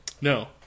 No